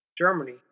Germany